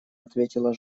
ответила